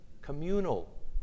communal